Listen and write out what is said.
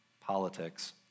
politics